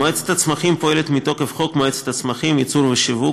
מועצת הצמחים פועלת מתוקף חוק מועצת הצמחים (ייצור ושיווק),